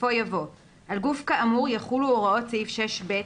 ובסופו יבוא "על גוף כאמור יחולו הוראות סעיף 6ב,